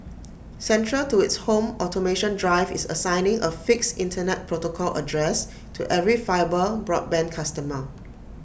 central to its home automation drive is assigning A fixed Internet protocol address to every fibre broadband customer